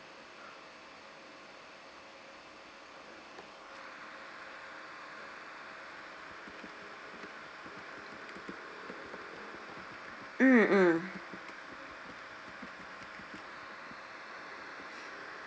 mm